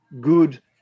good